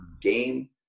game